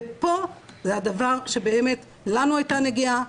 ופה זה הדבר שבאמת לנו הייתה נגיעה,